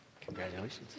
Congratulations